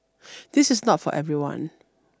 this is not for everyone